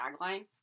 tagline